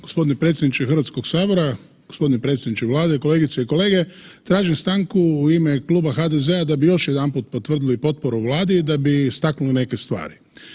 Gospodine predsjedniče Hrvatskog sabora, gospodine predsjeniče Vlade, kolegice i kolege tražim stanku u ime Kluba HDZ-a da bi još jedanput potvrdili potporu Vladi i da bi istaknuo neke stvari.